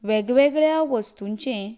वेग वेगळ्या वस्तुंचें